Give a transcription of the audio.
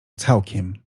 całkiem